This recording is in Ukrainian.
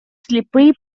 сліпий